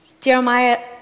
Jeremiah